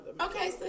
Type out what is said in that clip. Okay